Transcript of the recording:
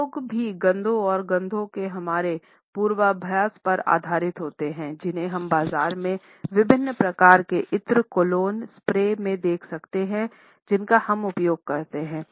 उद्योग भी गंधों और गंधों के हमारे पूर्वाभास पर आधारित होते हैं जिन्हें हम बाजार के विभिन्न प्रकार के इत्र कोलोन स्प्रे में देख सकते हैं जिनका हम उपयोग करते हैं